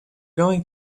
going